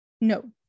No